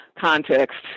context